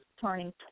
turning